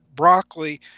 Broccoli